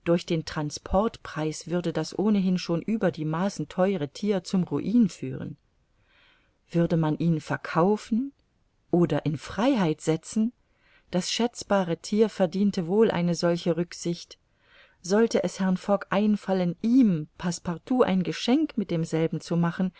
durch den transportpreis würde das ohnehin schon über die maßen theure thier zum ruin führen würde man ihn verkaufen oder in freiheit setzen das schätzbare thier verdiente wohl eine solche rücksicht sollte es herrn fogg einfallen ihm passepartout ein geschenk mit demselben zu machen